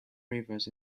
rivers